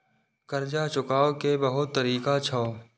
कर्जा चुकाव के बहुत तरीका छै?